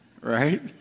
Right